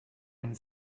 and